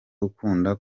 ukunda